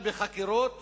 בחקירות